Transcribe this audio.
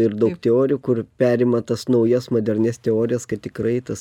ir daug teorijų kur perima tas naujas modernias teorijas kad tikrai tas